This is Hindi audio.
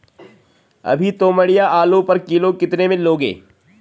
अभी तोमड़िया आलू पर किलो कितने में लोगे?